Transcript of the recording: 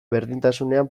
berdintasunean